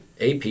AP